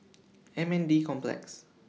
M N D Complex